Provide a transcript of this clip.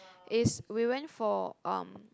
it's we went for um